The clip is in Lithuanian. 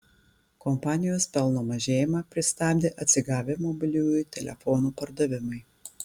kompanijos pelno mažėjimą pristabdė atsigavę mobiliųjų telefonų pardavimai